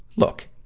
look.